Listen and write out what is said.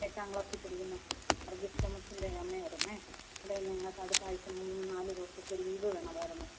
എട്ടാം ക്ലാസിൽ പഠിക്കുന്ന വർഗീസ് തോമസിൻ്റെ അമ്മ ആയിരുന്നെ അതെ ഞങ്ങൾക്ക് അടുത്ത ആഴ്ച മൂന്ന് നാല് ദിവസത്തെ ലീവ് വേണമായിരുന്നു